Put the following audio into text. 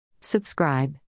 Subscribe